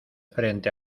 frente